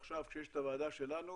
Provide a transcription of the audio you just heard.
עכשיו, כשיש את הוועדה שלנו,